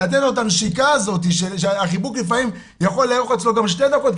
לתת לו את הנשיקה הזאת שהחיבוק אצלו לפעמים יכול לארוך גם שתי דקות,